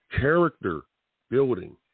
character-building